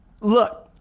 Look